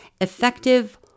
effective